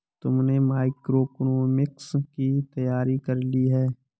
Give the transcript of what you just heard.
तुमने मैक्रोइकॉनॉमिक्स की तैयारी कर ली?